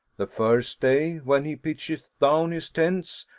the first day when he pitcheth down his tents,